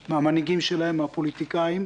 ברורה מהפוליטיקאים,